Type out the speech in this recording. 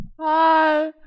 Hi